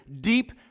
deep